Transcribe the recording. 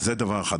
דה דבר אחד.